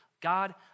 God